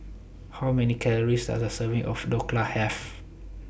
How Many Calories Are A Serving of Dhokla Have